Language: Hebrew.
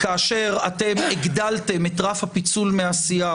כאשר הגדלתם את רף הפיצול מהסיעה,